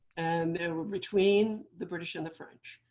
and they were between the british and the french.